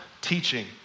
teaching